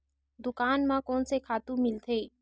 दुकान म कोन से खातु मिलथे?